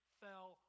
fell